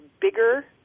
bigger